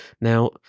Now